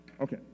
Okay